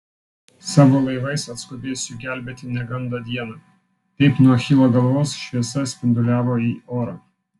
savo laivais atskubės jų gelbėti negando dieną taip nuo achilo galvos šviesa spinduliavo į orą